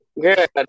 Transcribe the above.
Good